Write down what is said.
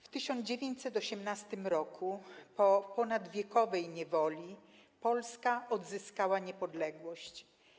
W 1918 roku, po ponadwiekowej niewoli, Polska odzyskała niepodległość.